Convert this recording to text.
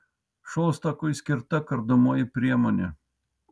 šostakui skirta kardomoji priemonė